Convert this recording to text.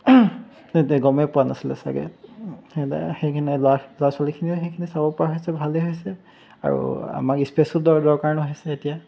সিহঁতে গমে পোৱা নাছিলে চাগে সেইখিনি ল'ৰা ল'ৰা ছোৱালীখিনিয়েও সেইখিনি চাব পৰা হৈছে ভালেই হৈছে আৰু আমাক স্পেচো দৰকাৰ নহৈছে এতিয়া